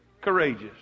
courageous